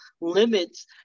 limits